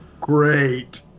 great